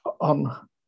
on